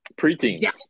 preteens